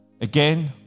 Again